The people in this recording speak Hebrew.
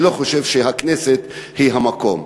אני לא חושב שהכנסת היא המקום.